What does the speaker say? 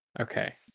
Okay